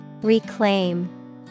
Reclaim